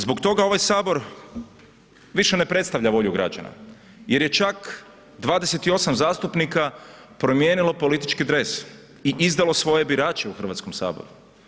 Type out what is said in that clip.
Zbog toga ovaj Sabor više ne predstavlja volju građana jer je čak 28 zastupnika promijenilo politički dres i izdalo svoje birače u Hrvatskom saboru.